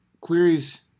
Queries